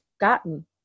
gotten